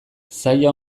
zaila